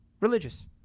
religious